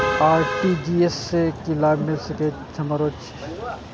RTGS से की लाभ मिल सके छे हमरो?